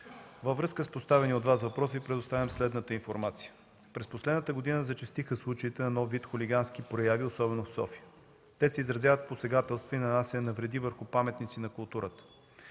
във връзка с поставения от Вас въпрос Ви предоставям следната информация. През последната година зачестиха случаите на нов вид хулигански прояви, особено в София. Те се изразяват в посегателство и нанасяне на вреди върху паметници на културата.